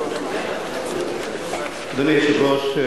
אדוני היושב-ראש,